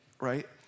right